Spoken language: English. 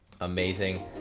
amazing